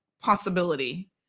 possibility